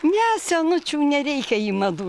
ne senučių nereikia į madų